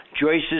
Joyce's